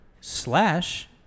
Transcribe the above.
slash